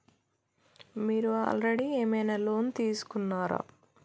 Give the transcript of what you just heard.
మీరు ఆల్రెడీ ఏమైనా లోన్ తీసుకున్నారా?